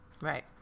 right